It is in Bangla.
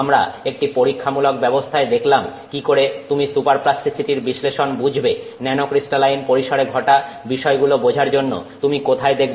আমরা একটি পরীক্ষামূলক ব্যবস্থায় দেখলাম কি করে তুমি সুপার প্লাস্টিসিটির বিশ্লেষণ বুঝবে ন্যানোক্রিস্টালাইন পরিসরে ঘটা বিষয়গুলো বোঝার জন্য তুমি কোথায় দেখবে